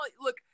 look